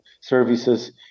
services